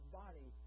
body